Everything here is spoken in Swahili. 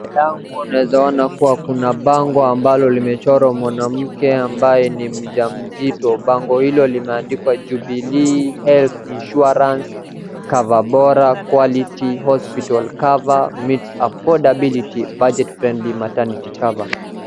Kwenye bango unaweza ona kuna bango ambalo limechorwa mwanamke ambaye ni mjamzito. Bango hilo limeandikwa Jubilee Health Insuarance Cover Bora Quality Hospital Cover meets affordability budget friendly maternity cover .